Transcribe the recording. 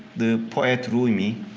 the poet rumi.